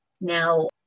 Now